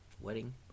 wedding